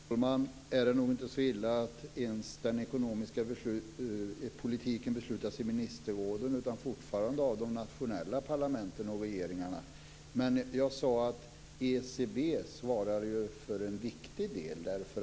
Herr talman! Än är det inte så illa att den ekonomiska politiken beslutas av ministerrådet, utan fortfarande är det de nationella parlamenten och regeringarna som har hand om den. Men jag sade att ECB ju svarar för en viktig del.